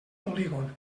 polígon